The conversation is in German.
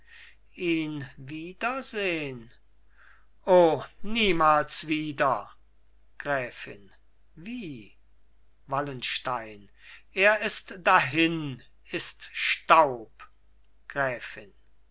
ihn wiedersehn o niemals wieder gräfin wie wallenstein er ist dahin ist staub gräfin